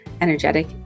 energetic